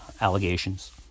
allegations